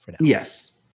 yes